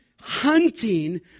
hunting